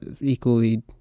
equally